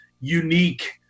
unique